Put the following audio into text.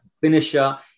finisher